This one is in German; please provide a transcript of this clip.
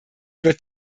wird